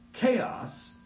chaos